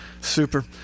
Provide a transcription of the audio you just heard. Super